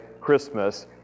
Christmas